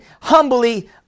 humbly